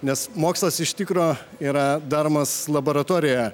nes mokslas iš tikro yra daromas laboratorijoje